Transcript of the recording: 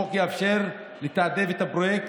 החוק יאפשר לתעדף את הפרויקט,